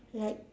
like